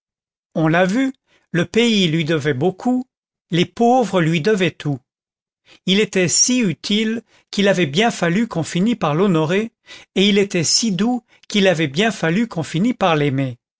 on l'a vu le pays lui devait beaucoup les pauvres lui devaient tout il était si utile qu'il avait bien fallu qu'on finît par l'honorer et il était si doux qu'il avait bien fallu qu'on finît par l'aimer